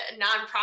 nonprofit